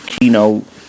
Keynote